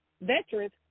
veterans